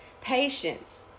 Patience